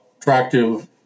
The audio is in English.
attractive